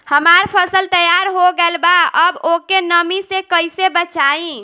हमार फसल तैयार हो गएल बा अब ओके नमी से कइसे बचाई?